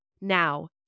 Now